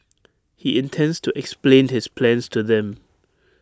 he intends to explain his plans to them